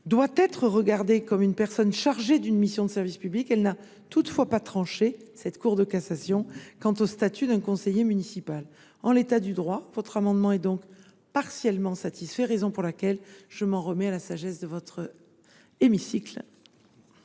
doit être regardée comme étant chargée d’une mission de service public, elle n’a toutefois pas tranché la question du statut d’un conseiller municipal. En l’état du droit, votre amendement est donc partiellement satisfait, raison pour laquelle je m’en remets à la sagesse de votre hémicycle.